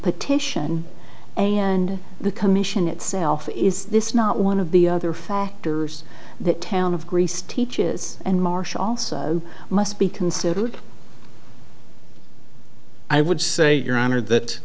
petition and the commission itself is this not one of the other factors that town of greece teaches and marsh also must be considered i would say your honor that